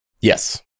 Yes